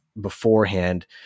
beforehand